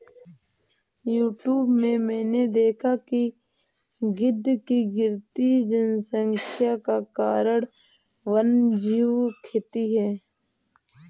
YouTube में मैंने देखा है कि गिद्ध की गिरती जनसंख्या का कारण वन्यजीव खेती है